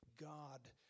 God